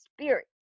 spirit